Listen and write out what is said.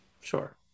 Sure